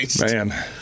Man